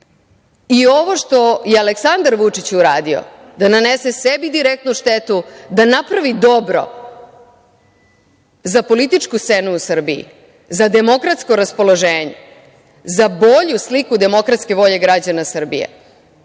Ovo što je Aleksandar Vučić uradio da nanese sebi direktnu štetu, da napravi dobro za političku scenu u Srbiji, za demokratsko raspoloženje, za bolju sliku demokratske volje građana Srbije